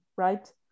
Right